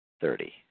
Thirty